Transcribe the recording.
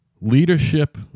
Leadership